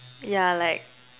yeah like